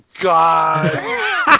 God